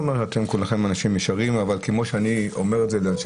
כולכם אנשים ישרים אבל כמו שאני אומר את זה ואנשי